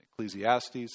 Ecclesiastes